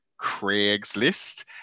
Craigslist